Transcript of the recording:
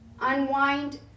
unwind